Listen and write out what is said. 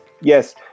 yes